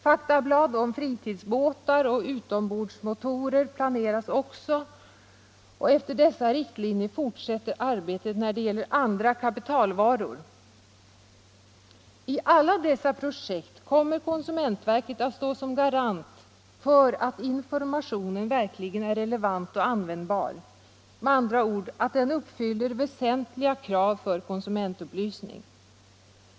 Faktablad för fritidsbåtar och utombordsmotorer planeras också, och efter dessa riktlinjer fortsätter arbetet när det gäller andra kapitalvaror. I alla dessa projekt kommer konsumentverket att stå som garant för att informationen verkligen är relevant och användbar — med andra ord att den uppfyller väsentliga krav för konsumentupplysning.